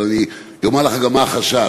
אבל אני אומר לך גם מה החשש,